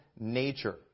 nature